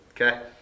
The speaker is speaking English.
okay